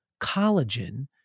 collagen